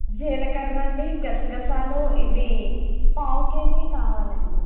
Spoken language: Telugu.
జీలకర్ర అండి గసగసాలు ఇవీ పావు కేజీ కావాలండి